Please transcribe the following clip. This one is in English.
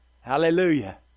Hallelujah